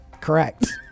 Correct